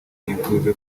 nifuje